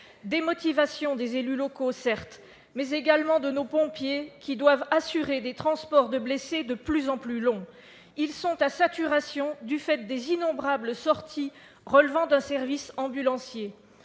Démotivation des élus locaux certes, mais également de nos pompiers qui doivent assurer des transports de blessés de plus en plus longs. Ils sont à saturation du fait des innombrables sorties relevant d'un service ambulancier.